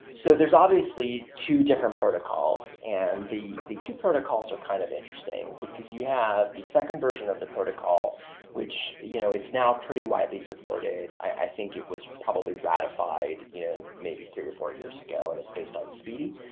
so there's obviously two different protocols, and the the two protocols are kind of interesting, because you have the second version of the protocol which you know it's not pretty widely supported. i think it was probably ratified you know maybe three or four years ago and it's based on speedy.